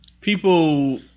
people